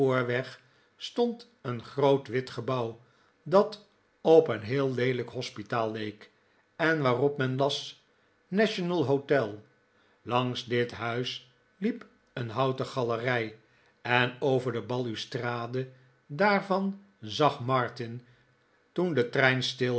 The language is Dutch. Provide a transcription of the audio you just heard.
stond een groot wit gebouw dat op een heel leelijk hospitaal leek en waarop men las national hotel langs dit huis hep een houten galerij en over de balustrade daarvan zag martin toen de trein stilhield